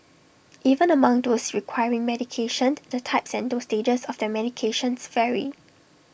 even among those requiring medication the types and dosages of their medications vary